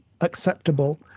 acceptable